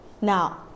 Now